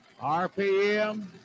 RPM